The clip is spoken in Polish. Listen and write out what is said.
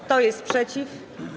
Kto jest przeciw?